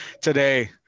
Today